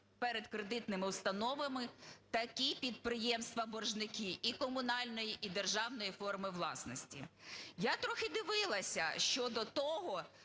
перед кредитними установами такі підприємства-боржники і комунальної, і державної форми власності. Я трохи дивилися щодо того,